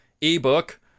ebook